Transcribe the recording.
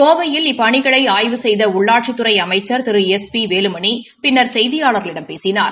கோவையில் இப்பணிகளை அய்வு செய்த உள்ளாட்சித்துறை அமைச்ச் திரு எஸ் பி வேலுமணி பின்னா் செய்தியாளர்களிடம் பேசினார்